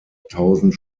tausend